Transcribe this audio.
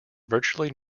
virtually